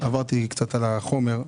עברתי על החומר.